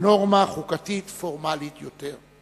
מנורמה חוקתית פורמלית יותר.